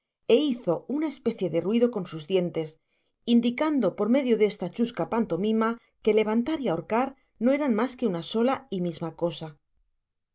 é hizo una especie de ruido con sus dientes indicando por medio de esta chusca pantomina que le vantar y ahorcar no eran mas que una sola y misma cosa